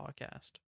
podcast